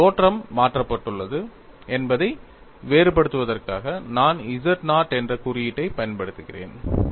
அந்த தோற்றம் மாற்றப்பட்டுள்ளது என்பதை வேறுபடுத்துவதற்காக நான் z0 என்ற குறியீட்டைப் பயன்படுத்துகிறேன்